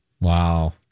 Wow